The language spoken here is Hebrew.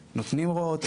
הם נותנים הוראות,